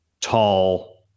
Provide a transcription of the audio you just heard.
tall